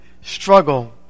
struggle